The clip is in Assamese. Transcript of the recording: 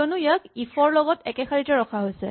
কিয়নো ইয়াক ইফ ৰ লগত একে শাৰীতে ৰখা হৈছে